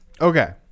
okay